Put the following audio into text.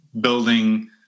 building